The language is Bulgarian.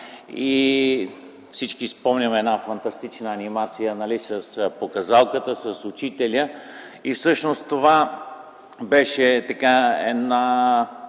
и всички си спомняме една фантастична анимация с показалката, с учителя и всъщност това беше един